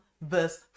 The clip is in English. verse